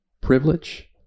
privilege